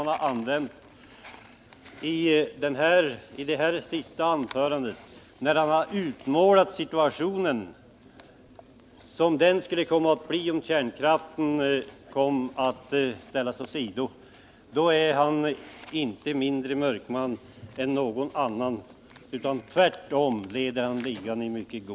Jag citerade dessa uttryck mot den bakgrunden att om Alf Lövenborg skall stå för försvaret för kärnkraften och använda sådana uttryck, då är han inte mindre mörkman än någon annan, utan tvärtom leder han ligan i god takt.